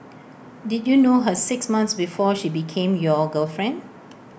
did you know her six months before she became your girlfriend